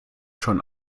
schon